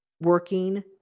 working